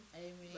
Amen